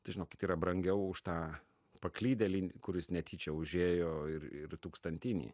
tai žinokit yra brangiau už tą paklydėlį kuris netyčia užėjo ir ir tūkstantinį